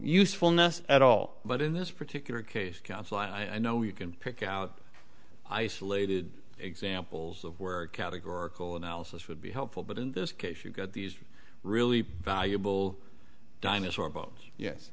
usefulness at all but in this particular case counsel i know you can pick out isolated examples of where categorical analysis would be helpful but in this case you've got these really valuable dinosaur bones yes